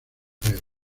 trofeo